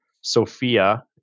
Sophia